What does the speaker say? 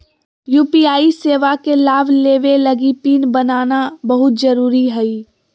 UPI सेवा के लाभ लेबे लगी पिन बनाना बहुत जरुरी हइ